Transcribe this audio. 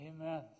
Amen